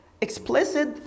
explicit